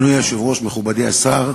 אדוני היושב-ראש, מכובדי השר,